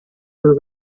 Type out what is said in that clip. were